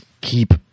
keep